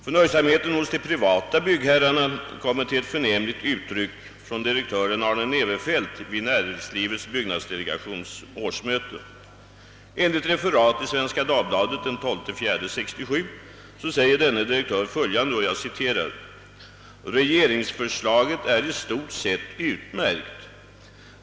Förnöjsamheten hos de privata byggherrarna ges ett förnämligt uttryck av direktören Arne Näverfelt vid Näringslivets byggnadsdelegations årsmöte. Enligt referat i Svenska Dagbladet den 12 april 1967 säger denne direktör följande: »Regeringsförslaget är i stort sett utmärkt.